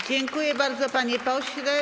Dziękuję bardzo, panie pośle.